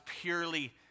purely